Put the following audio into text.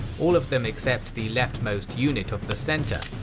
all of them, except the leftmost unit of the center,